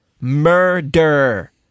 Murder